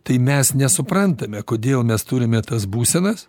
tai mes nesuprantame kodėl mes turime tas būsenas